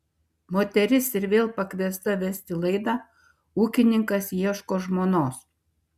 moteris ir vėl pakviesta vesti laidą ūkininkas ieško žmonos